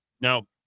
Now